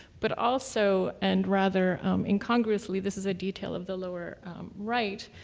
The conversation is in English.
but also, and rather incongruously, this is a detail of the lower right,